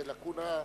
זו לקונה.